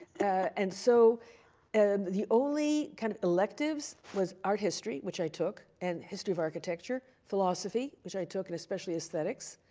and so and the only kind of electives was art history, which i took, and history of architecture, philosophy, which i took, and especially aesthetics.